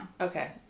Okay